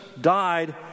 died